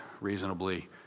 reasonably